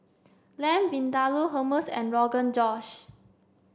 Lamb Vindaloo Hummus and Rogan Josh